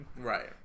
right